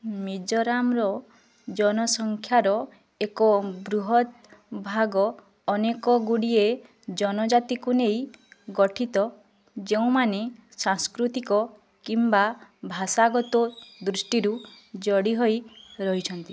ମିଜୋରାମର ଜନସଂଖ୍ୟାର ଏକ ବୃହତ୍ ଭାଗ ଅନେକ ଗୁଡ଼ିଏ ଜନଜାତିକୁ ନେଇ ଗଠିତ ଯେଉଁମାନେ ସାଂସ୍କୃତିକ କିମ୍ବା ଭାଷାଗତ ଦୃଷ୍ଟିରୁ ଯୋଡ଼ି ହୋଇ ରହିଛନ୍ତି